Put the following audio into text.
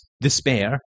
despair